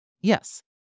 Yes